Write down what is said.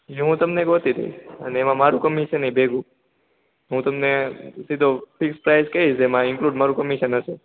હું તમને એક વસ્તુ કઈશ એમા મારુ કમિશન ભેગું હું તમને સીધો ફિક્સ પ્રાઇસ કઈશ એમાં ઇન્ક્લુડ મારુ કમિશન હશે